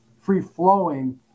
free-flowing